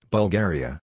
Bulgaria